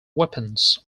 weapons